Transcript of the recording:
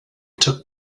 took